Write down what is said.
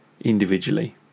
individually